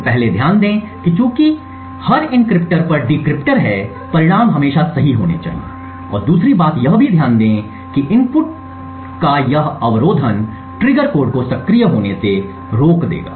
तो पहले ध्यान दें कि चूंकि या हर एनक्रिप्टर पर डिक्रिप्टर है परिणाम हमेशा सही होने चाहिए और दूसरी बात यह भी ध्यान दें कि इनपुट्स का यह अवरोधन ट्रिगर कोड को सक्रिय होने से रोक देगा